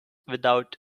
without